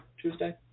Tuesday